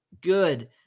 good